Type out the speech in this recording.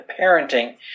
parenting